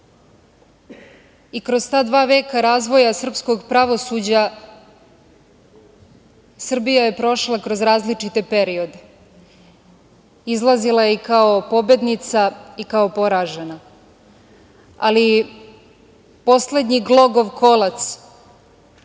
ta dva veka razvoja srpskog pravosuđa Srbija je prošla kroz različite periode. Izlazila je i kao pobednica i kao poražena, ali poslednji glogov kolac